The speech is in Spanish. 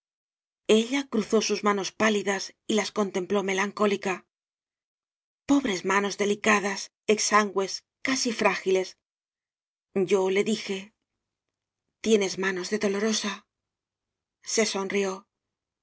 ella cruzó sus manos páiidas y las contempló melancólica pobres manos delicadas exangües casi frágiles yo le dije tienes manos de dolorosa se sonrió